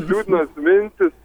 liūdnos mintys